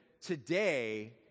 today